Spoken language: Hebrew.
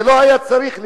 זה לא היה צריך להיות.